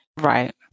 Right